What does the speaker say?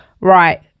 right